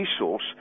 resource